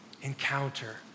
Encounter